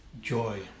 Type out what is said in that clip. joy